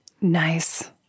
Nice